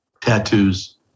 tattoos